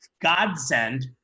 Godsend